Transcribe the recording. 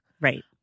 right